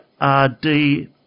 R-D